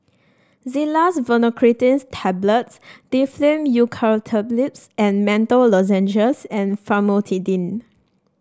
Xyzal Levocetirizine Tablets Difflam Eucalyptus and Menthol Lozenges and Famotidine